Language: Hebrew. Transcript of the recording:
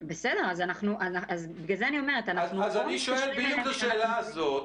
אז אני שואל בדיוק את השאלה הזו,